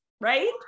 right